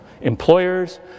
Employers